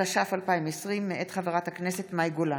התש"ף 2020, מאת חברי הכנסת עפר שלח,